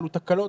אלו תקלות,